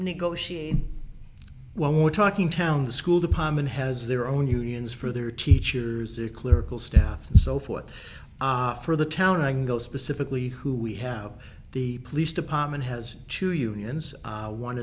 negotiate when we're talking town the school department has their own unions for their teachers a clerical staff and so forth for the town i go specifically who we have the police department has two unions